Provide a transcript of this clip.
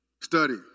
Study